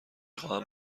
خواهم